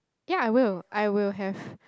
ya I will I will have